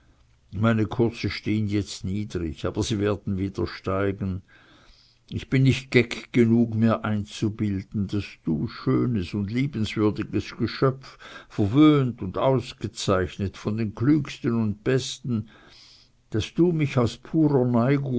meine kurse stehen jetzt niedrig aber sie werden wieder steigen ich bin nicht geck genug mir einzubilden daß du schönes und liebenswürdiges geschöpf verwöhnt und ausgezeichnet von den klügsten und besten daß du mich aus